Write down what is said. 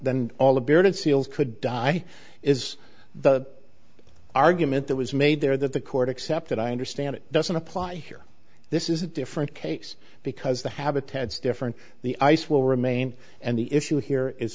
then all of bearded seals could die is the argument that was made there that the court accepted i understand it doesn't apply here this is a different case because the habitats different the ice will remain and the issue here is